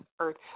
earth